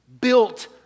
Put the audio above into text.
built